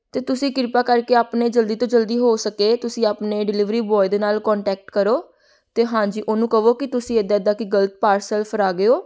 ਅਤੇ ਤੁਸੀਂ ਕਿਰਪਾ ਕਰਕੇ ਆਪਣੇ ਜਲਦੀ ਤੋਂ ਜਲਦੀ ਹੋ ਸਕੇ ਤੁਸੀਂ ਆਪਣੇ ਡਿਲੀਵਰੀ ਬੋਆਏ ਦੇ ਨਾਲ ਕੋਂਟੈਕਟ ਕਰੋ ਅਤੇ ਹਾਂਜੀ ਉਹਨੂੰ ਕਹੋ ਕਿ ਤੁਸੀਂ ਇੱਦਾਂ ਇੱਦਾਂ ਕਿ ਗਲਤ ਪਾਰਸਲ ਫੜਾ ਗਏ ਹੋ